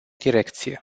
direcție